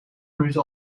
minuten